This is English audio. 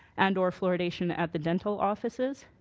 and or fluoridation at the dental offices.